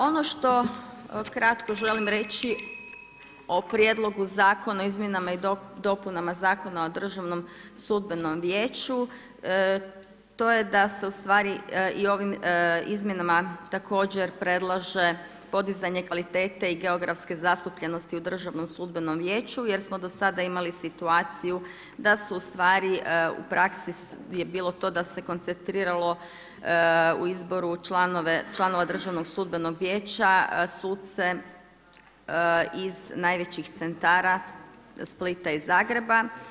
Ono što kratko želim reći, o prijedlogu Zakona o izmjenama i dopunama Zakona o Državnom sudbenom vijeću, to je da se ustvari i ovim izmjenama također predlaže podizanje kvalitete i geografske zastupljenosti u Državnom sudbenom vijeću, jer smo do sada imali situaciju, da se ustvari u praksi je bilo to da se koncentriralo u izboru članove Državnog sudbenog vijeća, suce iz najvećih centara Splita i Zagreba.